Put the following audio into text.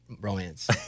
romance